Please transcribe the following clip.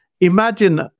imagine